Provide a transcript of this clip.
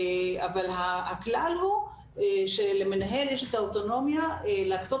אבל הכלל הוא שלמנהל יש את האוטונומיה להקצות